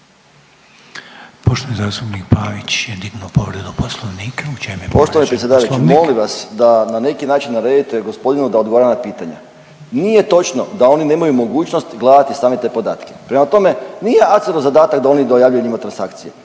Poštovani predsjedavajući, molim vas da na neki način naredite gospodinu da odgovara na pitanja. Nije točno da oni nemaju mogućnost gledati sami te podatke, prema tome, nije ACER-u zadatak da oni dojavljuju njima transakcije.